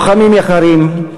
לוחמים יקרים,